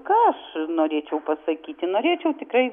ką aš norėčiau pasakyti norėčiau tikrai